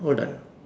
hold on